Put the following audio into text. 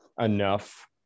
enough